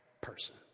person